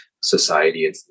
society